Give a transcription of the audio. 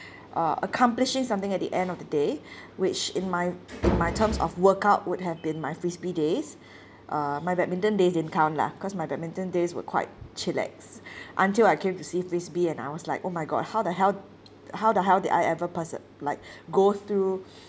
uh accomplishing something at the end of the day which in my in my terms of workout would have been my frisbee days uh my badminton days didn't count lah cause my badminton days were quite chillax until I came to see frisbee and I was like oh my god how the hell how the hell did I ever perse~ like go through